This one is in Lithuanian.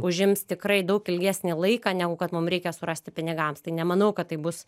užims tikrai daug ilgesnį laiką negu kad mum reikia surasti pinigams tai nemanau kad tai bus